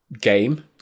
game